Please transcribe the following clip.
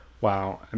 wow